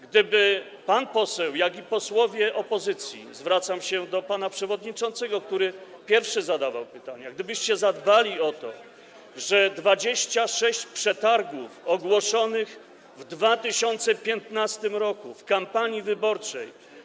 Gdyby pan poseł, jak i posłowie opozycji, zwracam się do pana przewodniczącego, który pierwszy zadawał pytania, zadbali o to, żeby 26 przetargów ogłoszonych w 2015 r. w kampanii wyborczej.